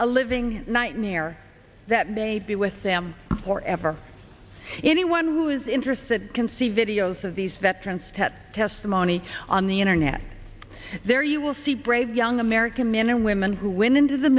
a living nightmare that may be with them for ever anyone who is interested can see videos of these veterans to testimony on the internet there you will see brave young american men and women who went into the